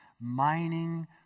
mining